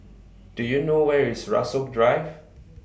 Do YOU know Where IS Rasok Drive